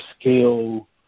Scale